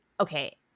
okay